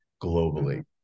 globally